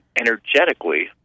energetically